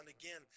again